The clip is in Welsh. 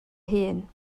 hun